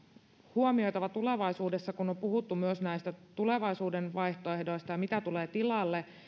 huomioitava tulevaisuudessa kun on puhuttu näistä tulevaisuuden vaihtoehdoista ja siitä mitä tulee tilalle